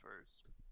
first